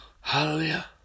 Hallelujah